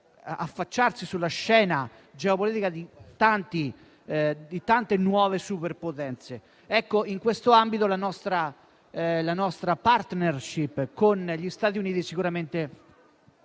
l'affacciarsi sulla scena geopolitica di nuove superpotenze, in questo ambito la nostra *partnership* con gli Stati Uniti sicuramente